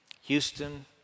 Houston